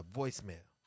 voicemail